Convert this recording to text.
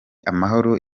amahoro